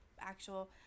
actual